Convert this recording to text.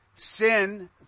Sin